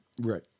Right